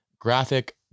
Graphic